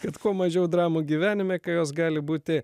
kad kuo mažiau dramų gyvenime kai jos gali būti